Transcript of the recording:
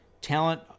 talent